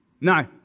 No